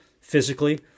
physically